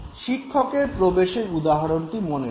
শিক্ষকের প্রবেশের উদাহরণটি মনে করুন